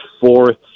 fourth